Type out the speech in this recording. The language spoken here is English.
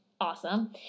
awesome